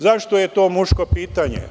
Zašto je to muško pitanje?